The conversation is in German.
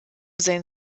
sein